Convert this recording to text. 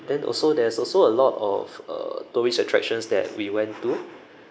then also there's also a lot of uh tourist attractions that we went to